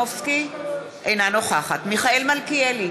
אינה נוכחת מיכאל מלכיאלי,